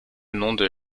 nom